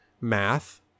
math